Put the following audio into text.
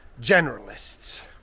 generalists